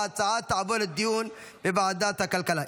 וההצעה תעבור לדיון בוועדת הכלכלה.